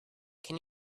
can